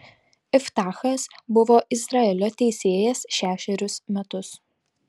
iftachas buvo izraelio teisėjas šešerius metus